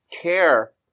care